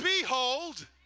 behold